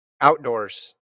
outdoors